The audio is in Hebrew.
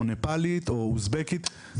או נפאלית או אוזבקית,